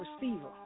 receiver